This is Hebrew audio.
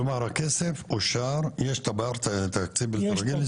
כלומר, הכסף אושר ויש תב"ר תקציב בלתי רגיל.